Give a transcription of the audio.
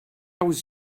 was